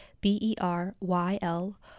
B-E-R-Y-L